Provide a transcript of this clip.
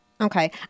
Okay